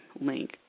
link